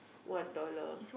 one dollar